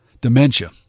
Dementia